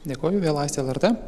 dėkoju vėl aistė lrt